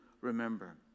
remember